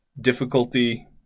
difficulty